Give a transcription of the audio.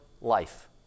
life